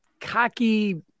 cocky